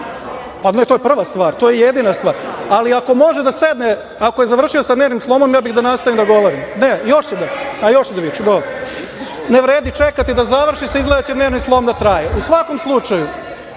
Ne, to je prva stvar, to je jedina stvar, ali ako može da sedne, ako završio sa nervnim slomom, ja bih da nastavim da govorim. Ne, još će da viče. Dobro. Ne vredi čekati da se završi izgleda će nervni slom da traje.U svakom slučaju